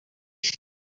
شام